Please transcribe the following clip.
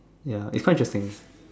ya it's quite interesting